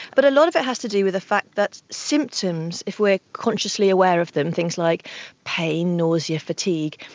but a lot of it has to do with the fact that symptoms, if we are consciously aware of them, things like pain, nausea, fatigue,